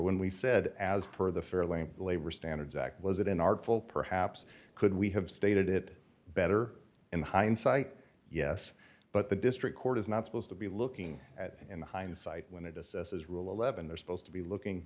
when we said as per the fairlane labor standards act was it in artful perhaps could we have stated it better in hindsight yes but the district court is not supposed to be looking at in hindsight when it does this is rule eleven they're supposed to be looking